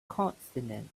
consonant